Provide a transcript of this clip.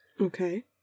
Okay